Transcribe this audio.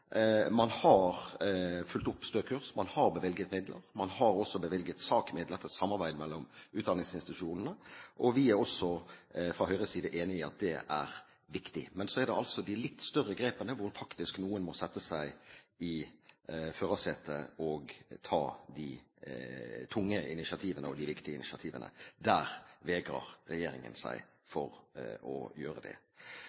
Man har fulgt opp Stø kurs, man har bevilget midler, og man har bevilget SAK-midler til samarbeid mellom utdanningsinstitusjonene – og vi er også fra Høyres side enig i at det er viktig. Men når det gjelder de litt større grepene, hvor faktisk noen må sette seg i førersetet og ta de tunge initiativene – de viktige initiativene – vegrer regjeringen seg